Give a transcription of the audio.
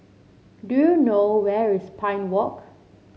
do you know where is Pine Walk